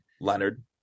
Leonard